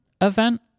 event